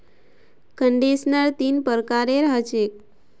conditioner तीन प्रकारेर ह छेक